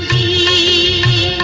ie